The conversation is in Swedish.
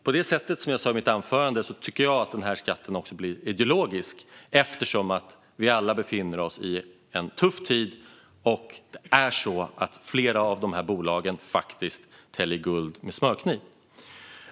På det sättet tycker jag, som jag också sa i mitt anförande, att den här skatten blir ideologisk eftersom vi alla befinner oss i en tuff tid och flera av de här bolagen faktiskt skär guld med täljkniv.